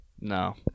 No